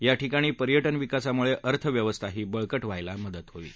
या ठिकाणी पर्यटन विकासामुळे अर्थव्यवस्थाही बळकट व्हायला मदत होईल